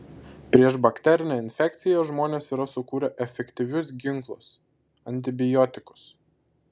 prieš bakterinę infekciją žmonės yra sukūrę efektyvius ginklus antibiotikus